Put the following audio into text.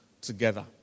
together